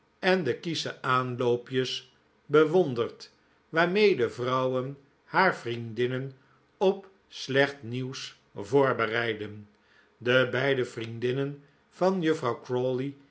en de kiesche aanloopjes bewonderd waarmede vrouwen haar vriendinnen op slecht nieuws voorbereiden de beide vriendinnen van juffrouw